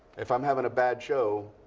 if i'm having a bad show,